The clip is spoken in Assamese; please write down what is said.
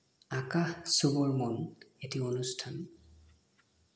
আকাশ চুবৰ মন এটি অনুষ্ঠান